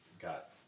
got